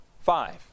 Five